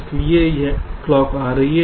इसलिए यह क्लॉक आ रही है